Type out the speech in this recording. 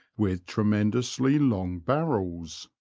with tremendously long barrels.